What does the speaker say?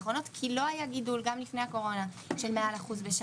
זה גם יהיה באישור ועדת הבריאות?